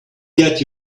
get